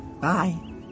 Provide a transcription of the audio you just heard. bye